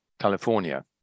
California